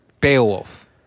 Beowulf